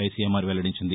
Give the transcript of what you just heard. ICMR వెల్లడించింది